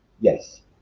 yes